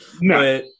No